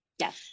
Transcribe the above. Yes